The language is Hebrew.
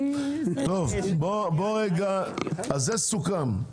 אם כן, זה סוכם.